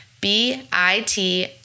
B-I-T